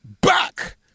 Back